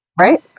right